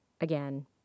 again